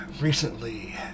recently